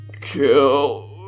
Kill